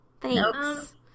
thanks